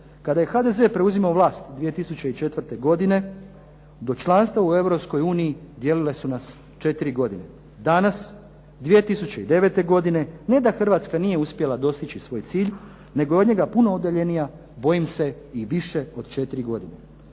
Kada je HDZ preuzimao vlast 2004. godine do članstva u Europskoj uniji dijelile su nas četiri godine. Danas, 2009. godine ne da Hrvatska nije uspjela dostići svoj cilj nego je od njega puno udaljenija, bojim se i više od četiri godine.